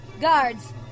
guards